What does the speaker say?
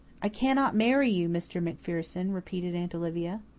i cannot marry you, mr. macpherson, repeated aunt olivia.